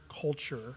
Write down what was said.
culture